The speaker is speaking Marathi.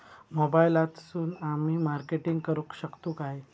मोबाईलातसून आमी मार्केटिंग करूक शकतू काय?